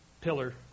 pillar